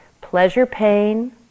Pleasure-pain